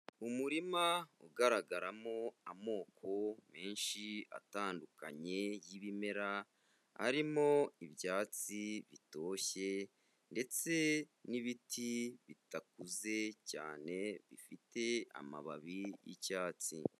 Umurima ugaragaramo amoko menshi atandukanye y'ibimera arimo ibyatsi bitoshye ndetse n'ibiti bidakuze cyane, bifite amababi y'icyatsi.